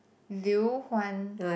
Liu-Huan